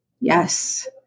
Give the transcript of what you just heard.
Yes